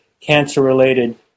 cancer-related